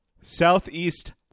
Southeast